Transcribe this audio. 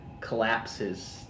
collapses